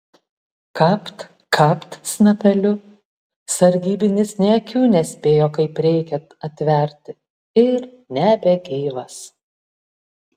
kapt kapt snapeliu sargybinis nė akių nespėjo kaip reikiant atverti ir nebegyvas